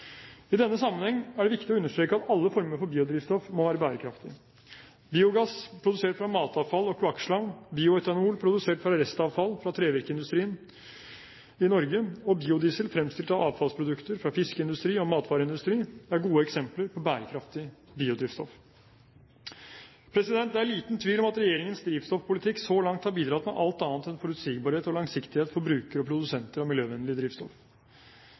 I denne sammenheng er det viktig å understreke at alle former for biodrivstoff må være bærekraftige. Biogass produsert fra matavfall og kloakkslam, bioetanol produsert fra restavfall fra trevirkeindustrien i Norge og biodiesel fremstilt av avfallsprodukter fra fiskeindustrien og matvareindustrien er gode eksempler på bærekraftig biodrivstoff. Det er liten tvil om at regjeringens drivstoffpolitikk så langt har bidratt med alt annet enn forutsigbarhet og langsiktighet for brukere og produsenter av miljøvennlig drivstoff.